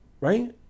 right